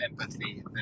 empathy